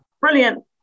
Brilliant